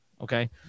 Okay